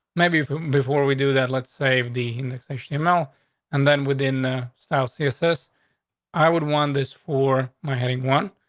maybe before we do that, let's save the station email and then within the style, css i would want this for my heading one.